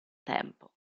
tempo